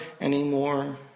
anymore